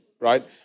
right